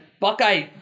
Buckeye